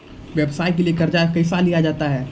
व्यवसाय के लिए कर्जा कैसे लिया जाता हैं?